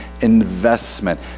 investment